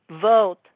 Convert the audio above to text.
vote